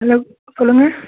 hello சொல்லுங்கள்